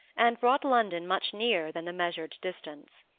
and brought london much nearer than the measured distance.